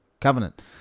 covenant